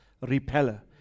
repeller